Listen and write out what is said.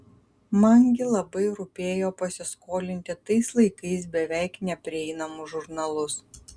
man gi labai rūpėjo pasiskolinti tais laikais beveik neprieinamus žurnalus